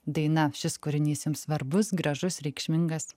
daina šis kūrinys jums svarbus gražus reikšmingas